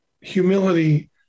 humility